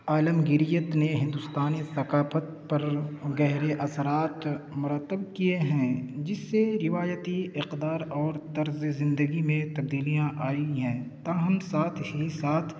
عالمگیریت نے ہندوستانی ثقافت پر گہرے اثرات مرتب کیے ہیں جس سے روایتی اقدار اور طرزِ زندگی میں تبدیلیاں آئی ہیں تاہم ساتھ ہی ساتھ